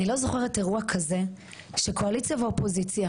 אני לא זוכרת אירוע כזה שקואליציה ואופוזיציה